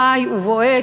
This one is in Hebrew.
חי ובועט,